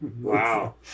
wow